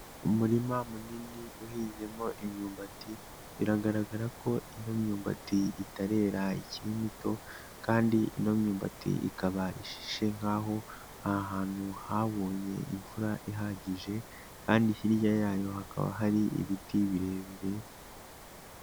Umurima munini uhinzemo imyumbati, biragaragara ko ino myumbati itarera ikiri mito, kandi ino myumbati ikaba ishishe nk'aho aha hantu habonye imvura ihagije, kandi hirya yayo hakaba hari ibiti birebire.